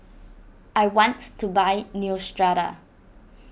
I want to buy Neostrata